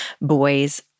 boys